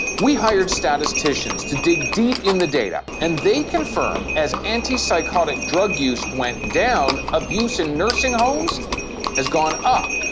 we hired statisticians to dig deep in the data, and they confirm that as anti-psychotic drug use went down, abuse in nursing homes has gone up.